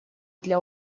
для